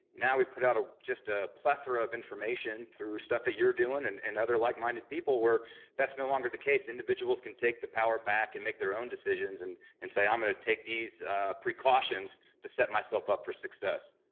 now, we put out ah just a plethera of information through stuff that you're doing and and other like-minded people where that's no longer the case. individuals can take the power back and make their own decisions and and say, i'm going to take these ah precautions to set myself up for success.